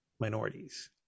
minorities